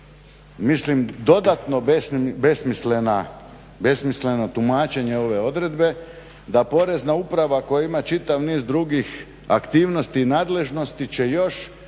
mislim dodatno besmisleno tumačenje ove odredbe da Porezna uprava koja ima čitav niz drugih aktivnosti i nadležnosti će još